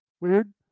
Weird